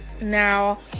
now